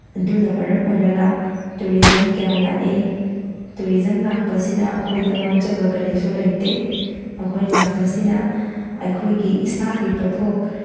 ꯑꯗꯨꯅ ꯃꯔꯝ ꯑꯣꯏꯔꯒ ꯇꯨꯔꯤꯖꯝ ꯀꯌꯥ ꯂꯥꯛꯑꯦ ꯇꯨꯔꯤꯖꯝ ꯂꯥꯛꯄꯁꯤꯅ ꯑꯩꯈꯣꯏꯗ ꯃꯥꯡꯖꯕ ꯀꯔꯤꯁꯨ ꯂꯩꯇꯦ ꯃꯈꯣꯏ ꯂꯥꯛꯄꯁꯤꯅ ꯑꯩꯈꯣꯏꯒꯤ ꯏꯁꯥꯒꯤ ꯄꯣꯠꯊꯣꯛ